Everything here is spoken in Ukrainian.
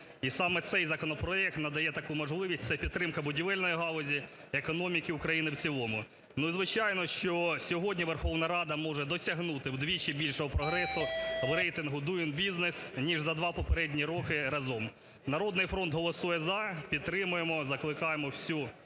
І саме цей законопроект надає таку можливість. Це підтримка будівельної галузі, економіки України в цілому. Ну і звичайно, що сьогодні Верховна Рада може досягнути вдвічі більшого прогресу в рейтингу doing business, ніж за два попередні роки разом. "Народний фронт" голосує "за", підтримуємо, закликаємо всю